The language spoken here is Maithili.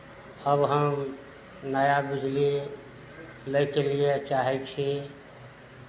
आब हम नया बिजली लैके लिए चाहै छी